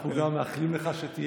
אנחנו גם מאחלים לך שתהיה אבא.